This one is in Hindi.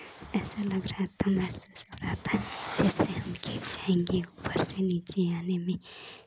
ऐसा लग रहा था महसूस हो रहा था जैसे कि हम गिर जाएंगे ऊपर से नीचे यानि भी